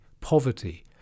poverty